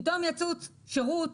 פתאום יצוץ שירות